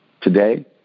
Today